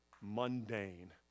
mundane